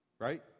right